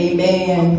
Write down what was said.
Amen